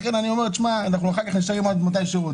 אחר כך אנחנו נשארים עד מתי שרוצים.